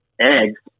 eggs